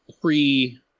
pre